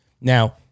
Now